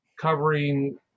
covering